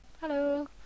Hello